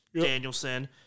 Danielson –